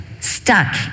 stuck